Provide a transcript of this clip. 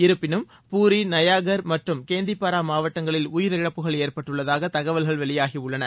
இருப்பினும் பூரி நயாகர் மற்றும் கேந்திரப்பாரா மாவட்டங்களில் உயிரிழப்புகள் ஏற்பட்டுள்ளதாக தகவல்கள் வெளியாகியுள்ளன